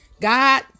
God